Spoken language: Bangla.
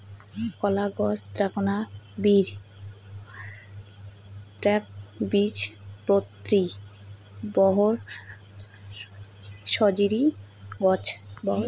কলাগছ এ্যাকনা বীরু, এ্যাকবীজপত্রী, বহুবর্ষজীবী গছ